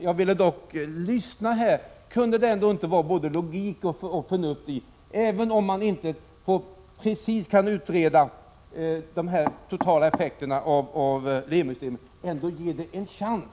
Jag vill trots allt fråga miljöoch energiministern om det inte kan vara både logik och förnuft i att, även om man inte helt kan utreda de totala effekterna av LEMI-systemet, ändå ge det en chans.